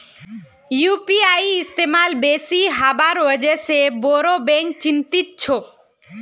UPI इस्तमाल बेसी हबार वजह से बोरो बैंक चिंतित छोक